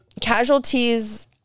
casualties